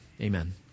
Amen